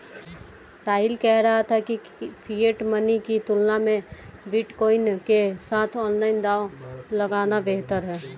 साहिल कह रहा था कि फिएट मनी की तुलना में बिटकॉइन के साथ ऑनलाइन दांव लगाना बेहतर हैं